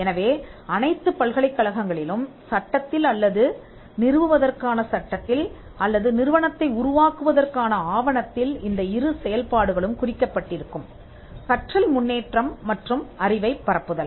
எனவே அனைத்துப் பல்கலைக்கழகங்களிலும் சட்டத்தில் அல்லது நிறுவுவதற்கான சட்டத்தில் அல்லது நிறுவனத்தை உருவாக்குவதற்கான ஆவணத்தில் இந்த இரு செயல்பாடுகளும் குறிக்கப்பட்டிருக்கும் கற்றல் முன்னேற்றம் மற்றும் அறிவைப் பரப்புதல்